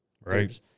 Right